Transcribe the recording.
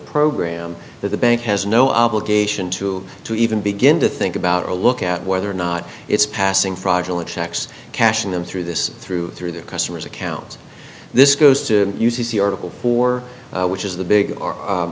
program that the bank has no obligation to to even begin to think about or look at whether or not it's passing fraudulent checks cashing them through this through through their customers accounts this goes to the article for which is the big